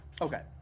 Okay